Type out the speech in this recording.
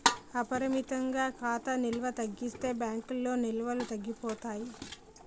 అపరిమితంగా ఖాతా నిల్వ తగ్గించేస్తే బ్యాంకుల్లో నిల్వలు తగ్గిపోతాయి